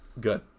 Good